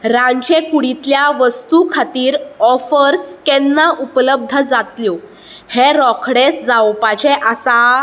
रांदचे कुडींतल्या वस्तू खातीर ऑफर्स केन्ना उपलब्ध जातल्यो हें रोखडेंच जावपाचें आसा